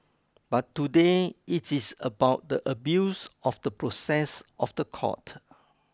but today it is about the abuse of the process of the court